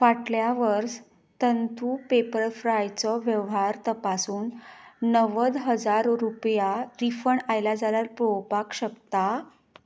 फाटल्या वर्स तंतू पॅपरफ्रायचो वेव्हार तपासून णव्वद हजार रुपया रिफंड आयल्या जाल्यार पळोवपाक शकता